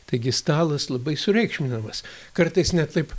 taigi stalas labai sureikšminamas kartais net taip